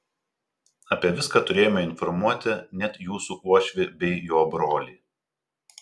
apie viską turėjome informuoti net jūsų uošvį bei jo brolį